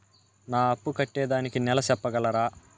నా అప్పు కట్టేదానికి నెల సెప్పగలరా?